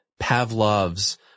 Pavlov's